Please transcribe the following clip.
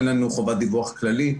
אין לנו חובת דיווח כללי.